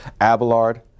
Abelard